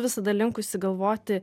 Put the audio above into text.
visada linkusi galvoti